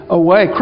away